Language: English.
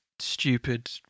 Stupid